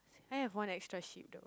I have one extra sheepdog